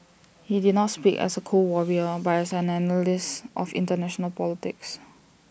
he did not speak as A cold Warrior but as an analyst of International politics